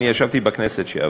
אני ישבתי בכנסת שעברה,